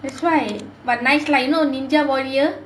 that's why but nice like you know ninja warrior